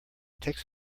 takes